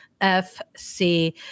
FC